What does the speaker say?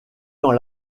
dans